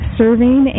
serving